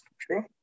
true